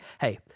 hey